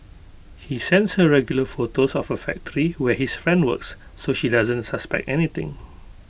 he sends her regular photos of A factory where his friend works so she doesn't suspect anything